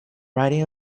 riding